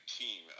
team